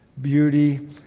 beauty